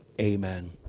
amen